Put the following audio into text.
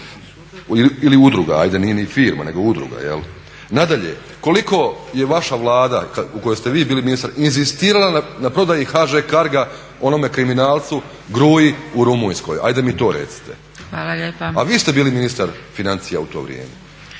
ili udruga, ajde nije ni firma nego udruga. Nadalje, koliko je vaša Vlada u kojoj ste vi bili ministar inzistirala na prodaji HŽ-Carga onome kriminalcu Gruji u Rumunskoj, ajde mi to recite. A vi ste bili ministar financija u to vrijeme.